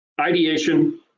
Ideation